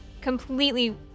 completely